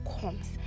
comes